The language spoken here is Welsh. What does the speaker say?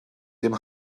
dim